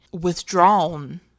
withdrawn